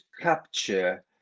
capture